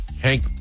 Hank